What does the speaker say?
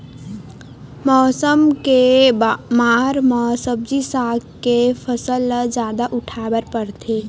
मउसम के मार म सब्जी साग के फसल ल जादा उठाए बर परथे